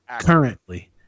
currently